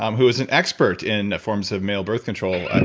um who is an expert in forms of male birth control, and